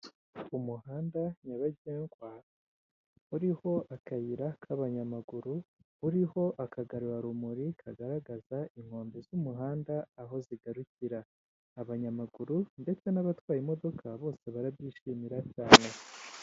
Umuhanda nyabagendwa uriho akayira k'abanyamaguru, uriho akagarurarumuri kagaragaza inkombe z'umuhanda aho zigarukira. Abanyamaguru ndetse n'abatwaye imodoka bose barabyishimira cyane.